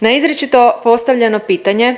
Na izričito postavljeno pitanje